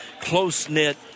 close-knit